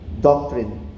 doctrine